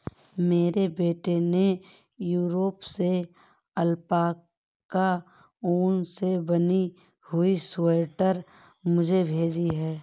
मेरे बेटे ने यूरोप से अल्पाका ऊन से बनी हुई स्वेटर मुझे भेजी है